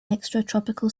extratropical